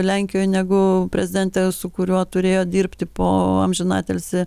lenkijoj negu prezidentė su kuriuo turėjo dirbti po amžinatelsį